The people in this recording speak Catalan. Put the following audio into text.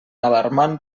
alarmant